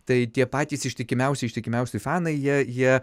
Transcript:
tai tie patys ištikimiausi ištikimiausi fanai jei jie